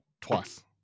Twice